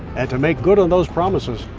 and to make good on those promises.